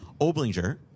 Oblinger